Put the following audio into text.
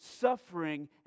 suffering